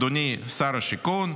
אדוני שר השיכון,